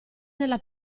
nella